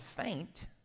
faint